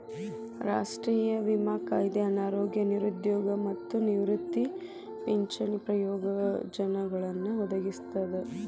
ರಾಷ್ಟ್ರೇಯ ವಿಮಾ ಕಾಯ್ದೆ ಅನಾರೋಗ್ಯ ನಿರುದ್ಯೋಗ ಮತ್ತ ನಿವೃತ್ತಿ ಪಿಂಚಣಿ ಪ್ರಯೋಜನಗಳನ್ನ ಒದಗಿಸ್ತದ